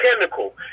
chemical